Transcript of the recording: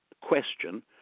question